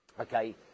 okay